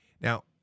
Now